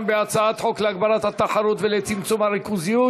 בהצעת חוק להגברת התחרות ולצמצום הריכוזיות